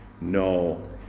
No